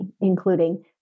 including